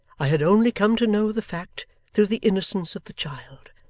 i had only come to know the fact through the innocence of the child,